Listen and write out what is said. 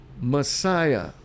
messiah